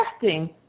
testing